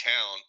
town